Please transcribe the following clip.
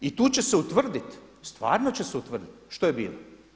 I tu će se utvrdit, stvarno će se utvrditi što je bilo.